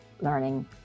learning